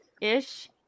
ish